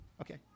Okay